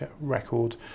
record